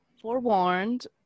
forewarned